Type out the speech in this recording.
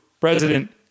President